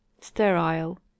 Sterile